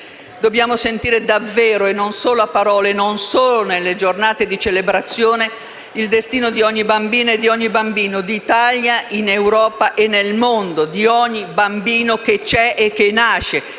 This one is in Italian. Dobbiamo sentire davvero, e non solo a parole e non solo nelle giornate di celebrazione, il destino di ogni bambina e di ogni bambino d'Italia, in Europa e nel mondo, di ogni bambino che c'è e che nasce,